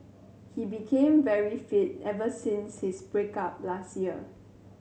he became very fit ever since his break up last year